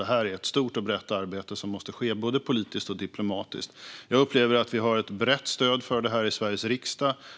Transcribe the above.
Det här är ett stort och brett arbete, som måste ske både politiskt och diplomatiskt. Jag upplever att vi har ett brett stöd för det här i Sveriges riksdag.